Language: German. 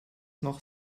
noch